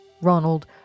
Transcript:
Ronald